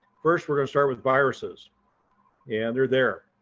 first, we're going to start with viruses and they're there.